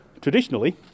Traditionally